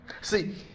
See